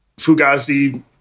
Fugazi